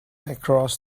across